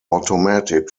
automatic